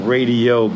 Radio